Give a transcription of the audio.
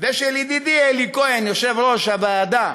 ושל ידידי אלי כהן, יושב-ראש הוועדה,